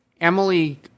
Emily